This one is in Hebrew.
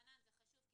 חנן, זה חשוב, כי